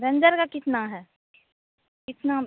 ranger का कितना है कितना